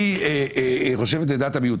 יוצג בפניהם,